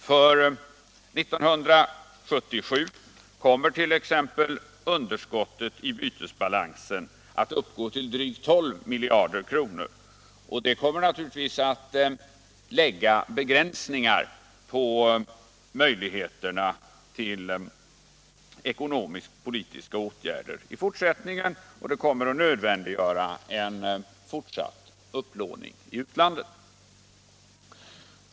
För 1977 kommer t.ex. underskottet i bytesbalansen att uppgå till drygt 12 miljarder kronor, och det kommer givetvis att lägga begränsningar på möjligheterna till ekonomisk-politiska åtgärder i fortsättningen och nödvändiggöra en fortsatt upplåning i utlandet.